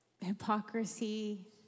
hypocrisy